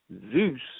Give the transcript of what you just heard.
Zeus